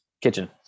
kitchen